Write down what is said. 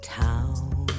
town